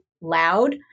loud